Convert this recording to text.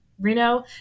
Reno